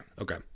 Okay